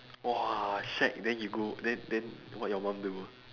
!wah! shagged then you go then then what your mum do